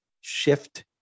shift